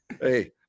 Hey